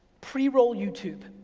pre-roll youtube.